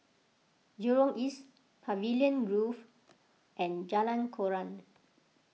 Jurong East Pavilion Grove and Jalan Koran